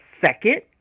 second